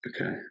Okay